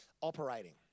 operating